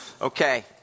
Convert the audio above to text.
Okay